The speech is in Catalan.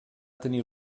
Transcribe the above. tenir